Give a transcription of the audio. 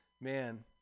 man